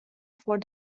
for